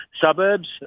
suburbs